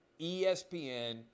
ESPN